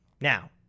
Now